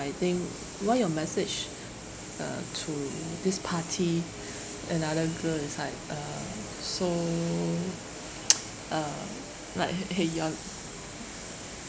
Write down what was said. think why your message uh to this party another girl is like uh so uh like he~ he~ you're